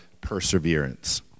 perseverance